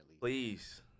please